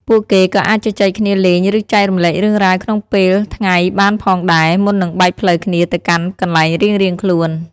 ពួកគេក៏អាចជជែកគ្នាលេងឬចែករំលែករឿងរ៉ាវក្នុងពេលថ្ងៃបានផងដែរ មុននឹងបែកផ្លូវគ្នាទៅកាន់កន្លែងរៀងៗខ្លួន។